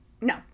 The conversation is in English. no